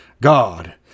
God